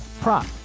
prop